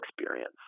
experience